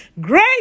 Great